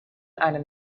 einem